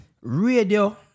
Radio